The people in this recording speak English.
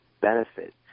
benefit